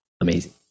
amazing